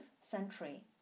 century